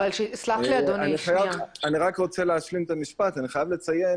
סלח לי אדוני --- אני רק רוצה להשלים את המשפט: אני חייב לציין